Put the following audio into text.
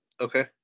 Okay